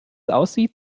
aussieht